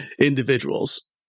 individuals